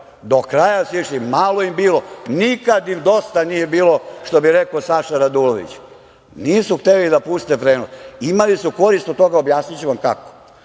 Do kraju su išli. Malo im bilo, nikad im dosta nije bilo, što bi rekao Saša Radulović. Nisu hteli da puste prenos. Imali su korist od toga, a objasniću vam kako. Ne